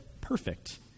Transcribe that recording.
perfect